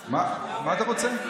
מה אתה רוצה?